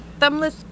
thumbless